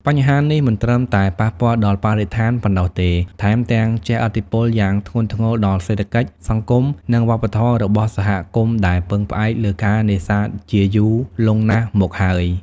បញ្ហានេះមិនត្រឹមតែប៉ះពាល់ដល់បរិស្ថានប៉ុណ្ណោះទេ ថែមទាំងជះឥទ្ធិពលយ៉ាងធ្ងន់ធ្ងរដល់សេដ្ឋកិច្ច សង្គម និងវប្បធម៌របស់សហគមន៍ដែលពឹងផ្អែកលើការនេសាទជាយូរលង់ណាស់មកហើយ។